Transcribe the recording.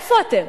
איפה אתם?